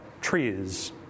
trees